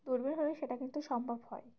দূরবীন হলে সেটা কিন্তু সম্ভব হয়